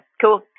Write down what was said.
cool